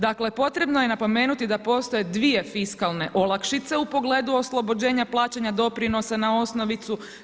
Dakle potrebno je napomenuti da postoje dvije fiskalne olakšice u pogledu oslobođenja plaćanja doprinosa na osnovicu.